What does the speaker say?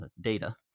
data